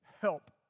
help